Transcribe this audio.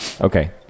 Okay